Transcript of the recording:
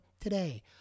today